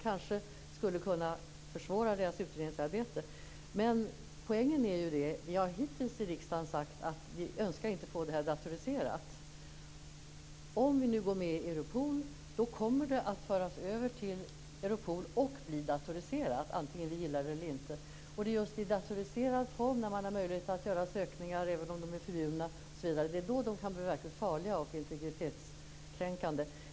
Kanske skulle polisens utredningsarbete då försvåras, men poängen är att vi i riksdagen hittills har sagt att vi inte önskar få en datorisering i detta sammanhang. Om vi går med i Europol kommer registren att föras över till Europol och bli datoriserade, vare sig vi gillar det eller inte. Det är just i datoriserad form när man har möjlighet att göra sökningar, även om det är förbjudet, som det kan bli verkligt farligt och integritetskränkande.